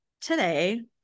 today